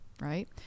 right